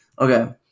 Okay